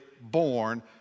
born